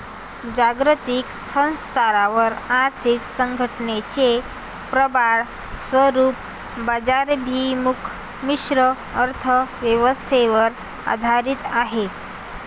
जागतिक स्तरावर आर्थिक संघटनेचे प्रबळ स्वरूप बाजाराभिमुख मिश्र अर्थ व्यवस्थेवर आधारित आहे